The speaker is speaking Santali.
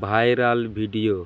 viral video